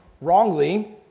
wrongly